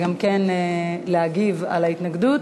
להגיב על ההתנגדות.